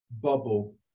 bubble